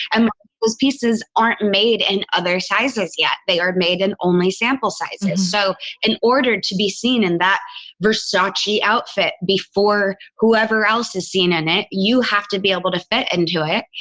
and those pieces aren't made in and other sizes yet. they are made in only sample sizes. so in order to be seen in that versace outfit before whoever else is seen in it, you have to be able to fit into it.